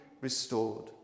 restored